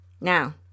Now